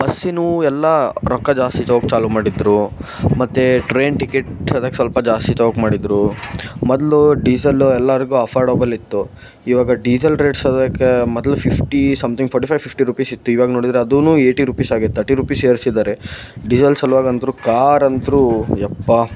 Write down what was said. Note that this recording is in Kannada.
ಬಸ್ಸಿನೂ ಎಲ್ಲ ರೊಕ್ಕ ಜಾಸ್ತಿ ತೊಗೊಳ್ಳೋಕ್ ಚಾಲೂ ಮಾಡಿದರು ಮತ್ತು ಟ್ರೇನ್ ಟಿಕೆಟ್ ಅದಕ್ಕೆ ಸ್ವಲ್ಪ ಜಾಸ್ತಿ ತೊಗೊಳ್ಳೋಕ್ ಮಾಡಿದರು ಮೊದ್ಲು ಡೀಝೆಲ್ಲು ಎಲ್ಲರ್ಗೂ ಅಫೋರ್ಡಬಲ್ ಇತ್ತು ಇವಾಗ ಡೀಝೆಲ್ ರೇಟ್ ಸದ್ಯಕ್ಕೆ ಮೊದ್ಲು fifty something forty five fifty ರುಪೀಸಿತ್ತು ಇವಾಗ ನೋಡಿದರೆ ಅದು ಏಯ್ಟಿ ರುಪೀಸ್ ಆಗೈತೆ ತರ್ಟಿ ರುಪೀಸ್ ಏರಿಸಿದಾರೆ ಡಿಝೆಲ್ ಸಲ್ವಾಗಿ ಅಂತು ಕಾರಂತೂ ಯಪ್ಪ